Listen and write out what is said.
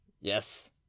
yes